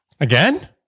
Again